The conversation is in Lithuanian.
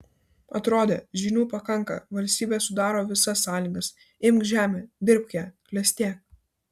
atrodė žinių pakanka valstybė sudaro visas sąlygas imk žemę dirbk ją klestėk